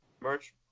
merch